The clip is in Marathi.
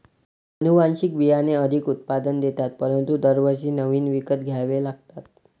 अनुवांशिक बियाणे अधिक उत्पादन देतात परंतु दरवर्षी नवीन विकत घ्यावे लागतात